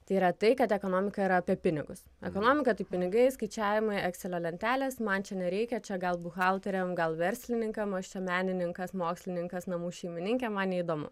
tai yra tai kad ekonomika yra apie pinigus ekonomika tik pinigai skaičiavimai ekselio lentelės man čia nereikia čia gal buhalteriam gal verslininkam aš čia menininkas mokslininkas namų šeimininkė man neįdomu